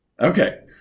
Okay